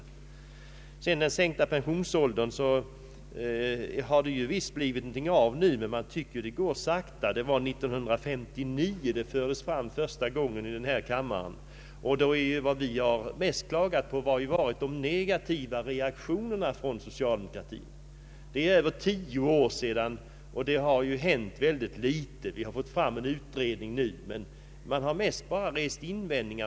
Vad gäller den sänkta pensionsåldern så har det visserligen blivit någonting gjort nu, men man tycker det går sakta. Det var redan 1959 som förslag om sänkt pensionsålder fördes fram första gången här i denna kammare, Vad vi mest klagat på har varit de negativa reaktionerna från socialdemokratin. På över tio år har det hänt ytterst litet. Vi har nu fått en utredning, men det har annars mest bara rests invändningar.